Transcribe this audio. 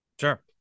Sure